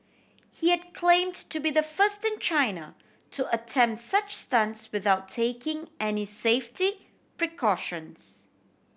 he had claim to to be the first in China to attempt such stunts without taking any safety precautions